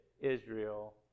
Israel